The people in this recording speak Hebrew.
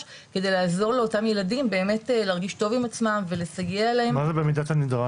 כדי לעזור לאותם תלמידים ולסייע להם.